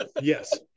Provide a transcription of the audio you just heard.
yes